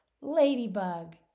ladybug